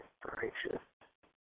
gracious